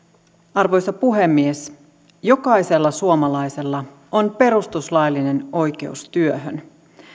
arvoisa puhemies jokaisella suomalaisella on perustuslaillinen oikeus työhön